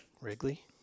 wrigley